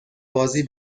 بازی